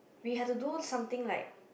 we have to do something like